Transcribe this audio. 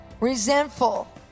RESENTFUL